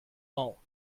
all